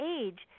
age